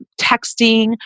texting